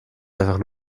einfach